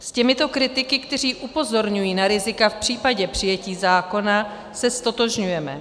S těmito kritiky, kteří upozorňují na rizika v případě přijetí zákona, se ztotožňujeme.